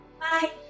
Bye